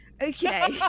Okay